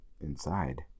inside